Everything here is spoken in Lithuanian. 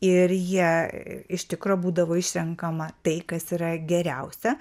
ir jie iš tikro būdavo išrenkama tai kas yra geriausia